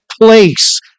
place